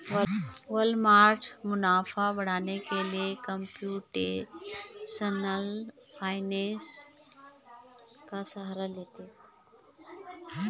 Walmart मुनाफा बढ़ाने के लिए कंप्यूटेशनल फाइनेंस का सहारा लेती है